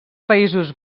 països